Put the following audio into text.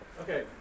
Okay